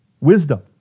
Wisdom